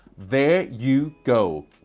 there you go.